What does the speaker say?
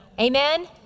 amen